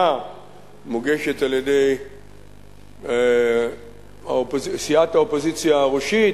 מוגשת על-ידי סיעת האופוזיציה הראשית,